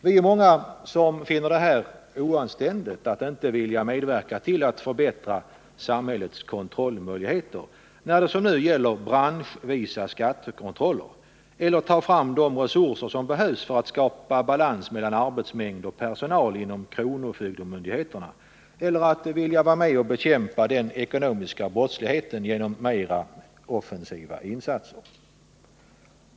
Vi är många som finner det oanständigt att inte vilja medverka till att förbättra samhällets kontrollmöjligheter när det som nu gäller branschvisa skattekontroller, att inte vilja ta fram de resurser som behövs för att skapa balans mellan arbetsmängd och personal inom kronofogdemyndigheterna eller att inte vilja bekämpa den ekonomiska brottsligheten genom mera offensiva insatser.